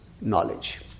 knowledge